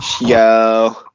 Yo